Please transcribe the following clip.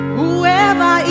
Whoever